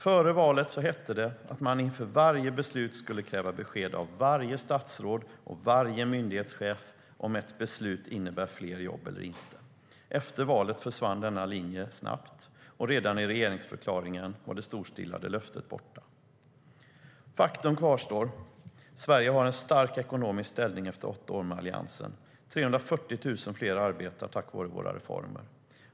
Före valet hette det att man inför varje beslut skulle kräva besked av varje statsråd och varje myndighetschef om ett beslut innebär fler jobb eller inte. Efter valet försvann denna linje snabbt, och redan i regeringsförklaringen var det storstilade löftet borta. Faktum kvarstår: Sverige har en stark ekonomisk ställning efter åtta år med Alliansen. 340 000 fler arbetar tack vare våra reformer.